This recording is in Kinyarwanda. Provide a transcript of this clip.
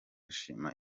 shima